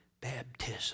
baptism